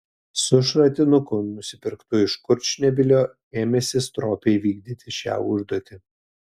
su šratinuku nusipirktu iš kurčnebylio ėmėsi stropiai vykdyti šią užduotį